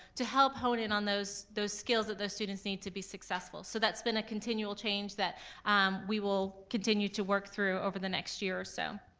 to help hone in on those those skills that the students need to be successful, so that's been a continual change that we will continue to work through over the next year or so.